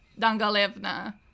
Dangalevna